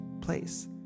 place